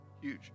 Huge